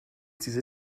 diese